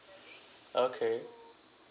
okay